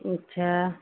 अच्छा